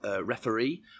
referee